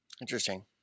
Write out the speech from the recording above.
Interesting